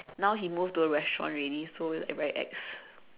now he move to a restaurant already so like very ex